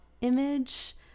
image